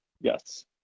Yes